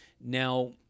Now